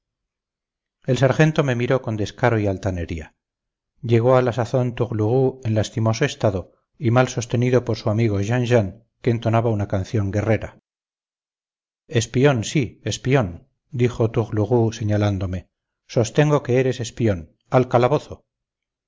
el sargento me miró con descaro y altanería llegó a la sazón tourlourou en lastimoso estado y mal sostenido por su amigo jean jean que entonaba una canción guerrera espion sí espion dijo tourlourou señalándome sostengo que eres espion al calabozo